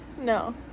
no